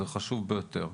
זה חשוב ביותר.